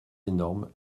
énorme